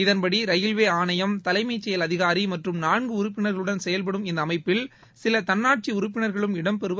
இதன்படி ரயில்வே ஆணையம் தலைமைச்செயல் அதிகாரி மற்றும் நான்கு உறுப்பினர்களுடன் செயல்படும் இந்த அமைப்பில் சில தன்னாட்சி உறுப்பினர்களும் இடம்பெறுவர்